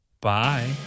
Bye